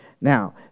Now